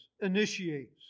initiates